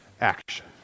action